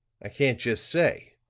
i can't just say,